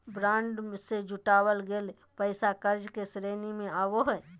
bond से जुटाल गेल पैसा कर्ज के श्रेणी में आवो हइ